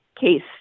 case